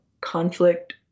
Conflict